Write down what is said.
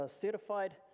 certified